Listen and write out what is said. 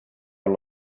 all